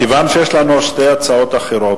כיוון שיש לנו שתי הצעות אחרות,